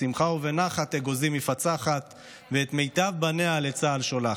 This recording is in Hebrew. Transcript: בשמחה ובנחת אגוזים מפצחת ואת מיטב בניה לצה"ל שולחת,